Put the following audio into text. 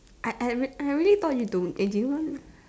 I I re~ I really thought you don't didn't want